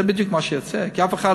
זה בדיוק מה שיצא, כי אף אחד